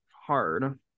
hard